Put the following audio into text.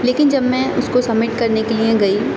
لیکن جب میں اس کو سبمٹ کرنے کے لیے گئی